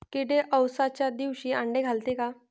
किडे अवसच्या दिवशी आंडे घालते का?